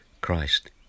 Christ